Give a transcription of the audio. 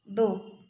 दो